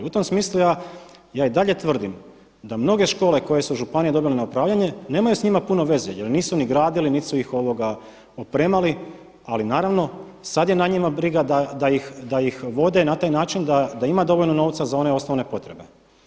U tom smislu ja i dalje tvrdim da i mnoge škole koje su županije dobile na upravljanje nemaju s njima puno veze jer ih nisu gradili niti su ih opremali ali naravno sad je na njima briga da ih vode na taj način da ima dovoljno novca za one osnovne potrebe.